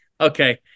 Okay